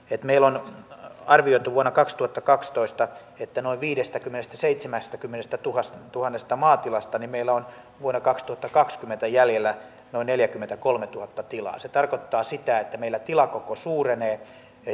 meillä on arvioitu vuonna kaksituhattakaksitoista että noin viidestäkymmenestäseitsemästätuhannesta maatilasta meillä on vuonna kaksituhattakaksikymmentä jäljellä noin neljäkymmentäkolmetuhatta tilaa se tarkoittaa sitä että meillä tilakoko suurenee